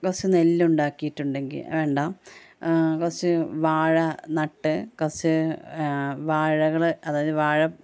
കുറച്ച് നെല്ലുണ്ടാക്കിയിട്ടുണ്ടെങ്കിൽ വേണ്ട കുറച്ച് വാഴ നട്ട് കുറച്ച് വാഴകൾ അതായത് വാഴ